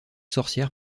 sorcière